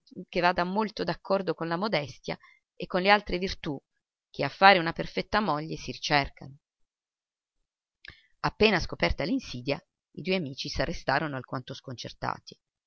che vada molto d'accordo con la modestia e con le altre virtù che a fare una perfetta moglie si ricercano appena scoperta l'insidia i due amici s'arrestarono alquanto sconcertati